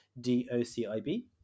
D-O-C-I-B